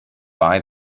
buy